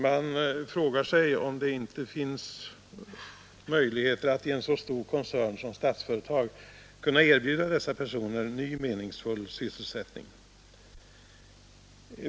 Man frågar sig, om det inte finns möjligheter att i en så stor koncern som Statsföretag erbjuda dessa personer ny meningsfull sysselsättning.